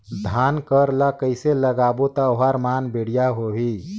धान कर ला कइसे लगाबो ता ओहार मान बेडिया होही?